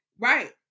Right